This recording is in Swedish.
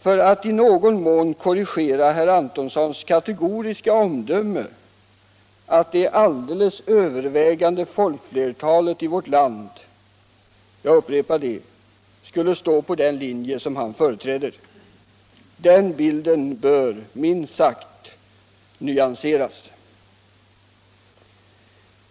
för att i någon mån — jag upprepar det — korrigera herr Antonssons kategoriska omdöme att det alldeles övervägande folkflertalet i vårt land skulle vilja följa den linje som han företräder. Den bilden bör minst sagt nyanseras.